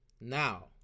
Now